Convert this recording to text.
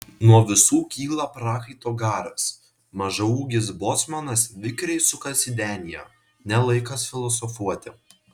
nuo visų kyla prakaito garas mažaūgis bocmanas vikriai sukasi denyje ne laikas filosofuoti